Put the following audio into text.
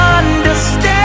understand